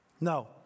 No